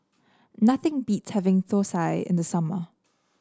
nothing beats having Thosai in the summer